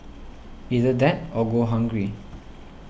either that or go hungry